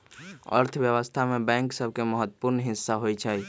अर्थव्यवस्था में बैंक सभके महत्वपूर्ण हिस्सा होइ छइ